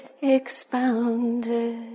expounded